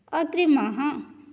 अग्रिमः